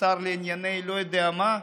שר לענייני לא יודע מה.